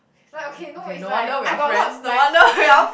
like okay no it's like I got a lot like